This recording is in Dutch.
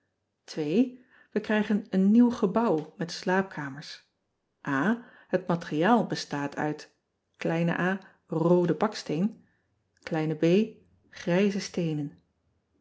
e krijgen een nieuw gebouw met slaapkamers et materiaal bestaat uit a rooden baksteen b grijze steenen